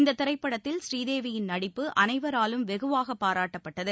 இந்த திரைப்படத்தில் ஸ்ரீதேவியின் நடிப்பு அனைவராலும் வெகுவாக பாராட்டப்பட்டது